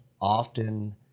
often